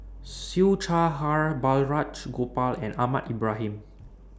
Siew Shaw Her Balraj Gopal and Ahmad Ibrahim